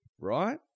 right